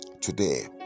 today